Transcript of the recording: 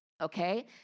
Okay